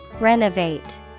Renovate